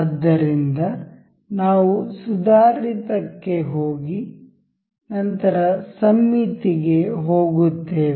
ಆದ್ದರಿಂದ ನಾವು ಸುಧಾರಿತ ಕ್ಕೆ ಹೋಗಿ ನಂತರ ಸಮ್ಮಿತಿ ಗೆ ಹೋಗುತ್ತೇವೆ